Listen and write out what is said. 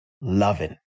loving